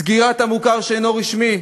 סגירת המוכר שאינו רשמי,